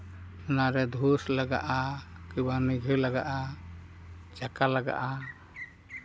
ᱚᱱᱟᱨᱮ ᱫᱷᱩᱣᱟᱹᱥ ᱞᱟᱜᱟᱜᱼᱟ ᱪᱟᱠᱟ ᱞᱟᱜᱟᱜᱼᱟ